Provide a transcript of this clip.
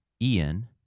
Ian